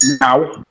now